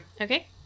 Okay